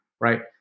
right